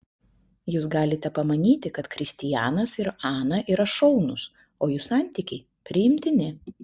jūs galite pamanyti kad kristijanas ir ana yra šaunūs o jų santykiai priimtini